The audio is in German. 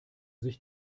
sich